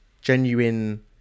genuine